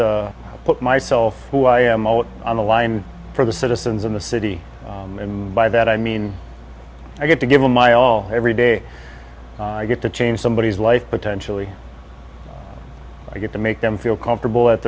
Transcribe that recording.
to put myself who i am all on the line for the citizens of the city and by that i mean i get to give them my all every day i get to change somebody's life potentially i get to make them feel comfortable at